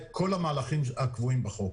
את כל המהלכים הקבועים בחוק